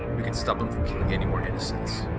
we can stop him from killing any more innocents.